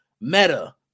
Meta